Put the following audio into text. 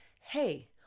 hey